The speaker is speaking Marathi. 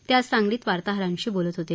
ते आज सांगलीत वार्ताहरांशी बोलत होते